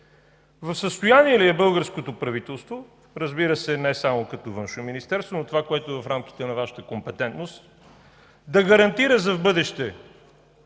в състояние ли е българското правителство, разбира се, не само като Външно министерство, но това което е в рамките на Вашата компетентност, да гарантира за в бъдеще